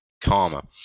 karma